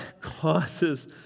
causes